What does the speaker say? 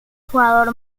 jugador